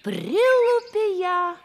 prilupė ją